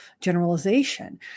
generalization